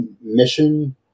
mission